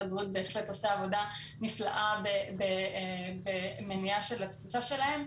הבריאות בהחלט עושה עבודה נפלאה במניעה של התפוצה שלהם.